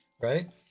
Right